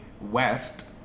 West